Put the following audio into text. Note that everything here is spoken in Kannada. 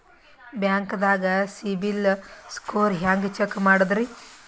ಬ್ಯಾಂಕ್ದಾಗ ಸಿಬಿಲ್ ಸ್ಕೋರ್ ಹೆಂಗ್ ಚೆಕ್ ಮಾಡದ್ರಿ?